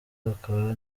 hakaba